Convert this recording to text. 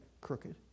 crooked